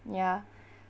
ya